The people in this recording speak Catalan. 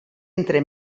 entre